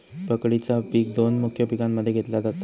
पकडीचा पिक दोन मुख्य पिकांमध्ये घेतला जाता